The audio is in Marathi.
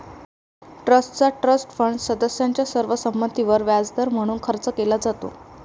ट्रस्टचा ट्रस्ट फंड सदस्यांच्या सर्व संमतीवर व्याजदर म्हणून खर्च केला जातो